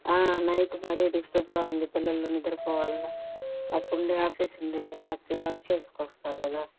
night మరీ డిస్టర్బ్గా ఉంది పిల్లలు నిద్రపోవాలన్నా అప్పుడే ఆఫీస్ నుండి వర్క్ చేసుకొని వస్తారు కదా